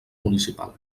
municipal